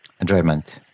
enjoyment